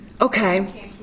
Okay